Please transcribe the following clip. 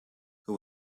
who